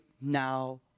now